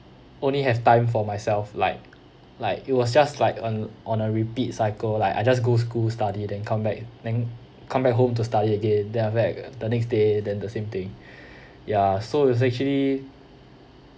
only have time for myself like like it was just like on on a repeat cycle like I just go school study than comeback then come back home to study again then I'm back the next day then the same thing yeah so it's actually